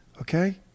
okay